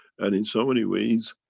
and, in so many ways,